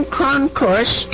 concourse